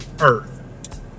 Earth